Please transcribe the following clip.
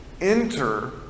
enter